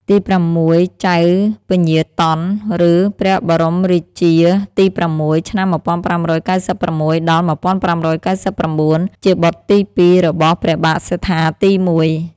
ទីប្រាំមួយ ចៅពញាតន់ ឬ ព្រះបរមរាជាទី៦ (ឆ្នាំ ១៥៩៦-១៥៩៩) ជាបុត្រទី ២ របស់ព្រះបាទសត្ថាទី១។